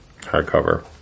hardcover